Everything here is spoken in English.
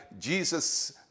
Jesus